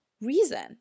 reason